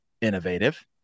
innovative